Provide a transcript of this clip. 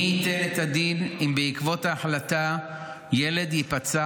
מי ייתן את הדין אם בעקבות ההחלטה ילד ייפצע